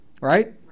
right